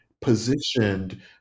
positioned